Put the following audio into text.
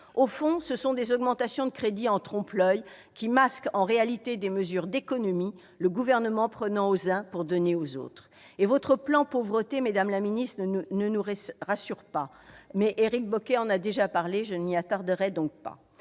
Au fond, ce sont des augmentations de crédits en trompe-l'oeil, qui masquent, en réalité, des mesures d'économies, le Gouvernement prenant aux uns pour donner aux autres. Et votre plan Pauvreté, madame la ministre, ne nous rassure pas ! Éric Bocquet en ayant déjà parlé, je ne m'y attarderai pas.